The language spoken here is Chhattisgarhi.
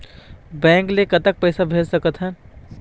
बैंक ले कतक पैसा भेज सकथन?